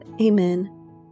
Amen